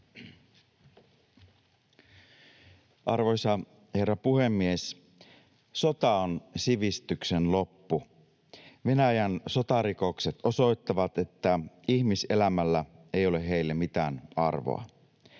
Arvoisa herra puhemies! Sota on sivistyksen loppu. Venäjän sotarikokset osoittavat, että ihmiselämällä ei ole heille mitään arvoa.